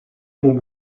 mon